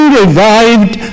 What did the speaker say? revived